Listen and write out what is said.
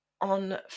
on